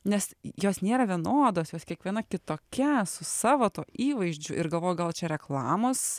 nes jos nėra vienodos jos kiekviena kitokia su savo tuo įvaizdžiu ir galvoju gal čia reklamos